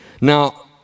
Now